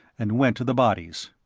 and went to the bodies.